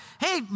Hey